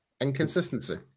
inconsistency